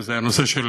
וזה הנושא של